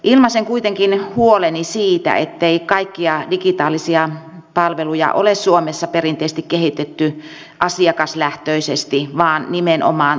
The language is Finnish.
ilmaisen kuitenkin huoleni siitä ettei kaikkia digitaalisia palveluja ole suomessa perinteisesti kehitetty asiakaslähtöisesti vaan nimenomaan teknologia edellä